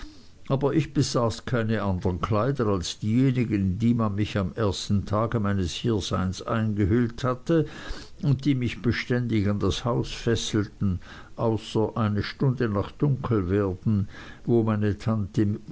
aber ich besaß keine andern kleider als diejenigen in die man mich am ersten tage meines hierseins eingehüllt hatte und die mich beständig an das haus fesselten außer eine stunde nach dunkelwerden wo meine tante